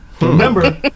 Remember